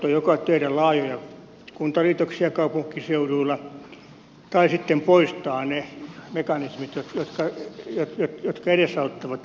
joko tehdä laajoja kuntaliitoksia kaupunkiseuduilla tai sitten poistaa ne mekanismit jotka edesauttavat tätä